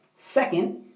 second